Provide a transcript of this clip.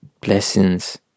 blessings